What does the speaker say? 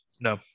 no